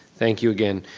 thank you again.